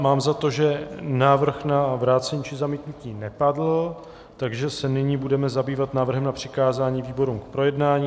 Mám za to, že návrh na vrácení či zamítnutí nepadl, takže se nyní budeme zabývat návrhem na přikázání výborům k projednání.